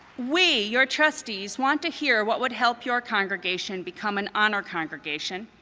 we, your trustees, want to hear what would help your congregation become an honor congregation,